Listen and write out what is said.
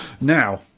Now